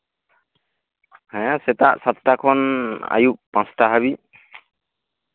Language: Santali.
ᱦᱮᱸ ᱥᱮᱛᱟᱜ ᱥᱟᱛᱴᱟ ᱠᱷᱚᱱ ᱟᱹᱭᱩᱵ ᱯᱟᱸᱪᱴᱟ ᱦᱟᱹᱵᱤᱡ